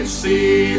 see